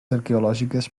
arqueològiques